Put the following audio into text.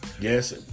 yes